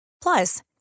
Plus